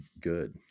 good